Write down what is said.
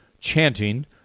chanting